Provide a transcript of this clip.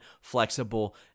flexible